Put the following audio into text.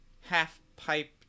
half-pipe